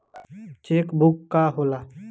Check book का होला?